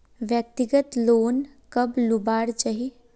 व्यक्तिगत लोन कब लुबार चही?